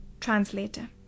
translator